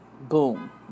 boom